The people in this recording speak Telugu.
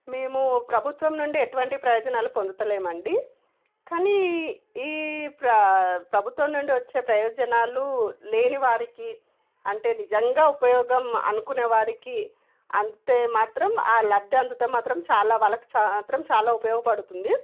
మేము ప్రభుత్వం నుండి ఎటువంటి ప్రయోజనాలు పొందడం లేదండి కానీ ఈ ప్ర ప్రభుత్వం నుండి వచ్చే ప్రయోజనాలు లేని వారికి అంటే నిజంగా ఉపయోగం అనుకునేవారికి అందితే మాత్రం ఆ లబ్ధి అందితో మాత్రం చాలా వాళ్ళకి చ మాత్రం చాలా ఉపయోగపడుతుంది